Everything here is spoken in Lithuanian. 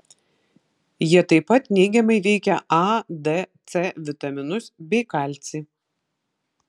jie tai pat neigiamai veikia a d c vitaminus bei kalcį